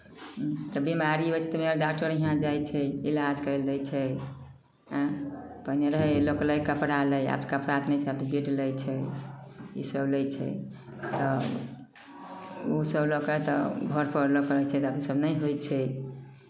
तऽ बिमारी होइ छै तऽ हमे आर डॉक्टर हियाँ जाइ छी इलाज करै लए जाइ छै पहिने रहै लोक लय कपड़ा लएय आब तऽ कपड़ा तऽ नहि छै आब तऽ पैड लैत छै इसभ लैत छै तऽ ओसभ लऽ कऽ तऽ घरपर लोक कहै छै जे आब इसभ नहि होइ छै